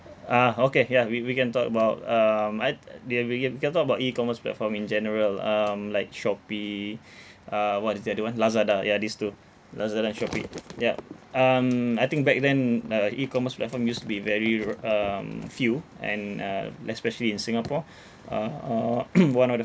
ah okay ya we we can talk about um I'd ya we can we can talk about E_commerce platform in general um like Shopee uh what is the other one Lazada ya these two Lazada and Shopee yup um I think back then uh E_commerce platform used to be very r~ um few and uh especially in singapore uh uh one of the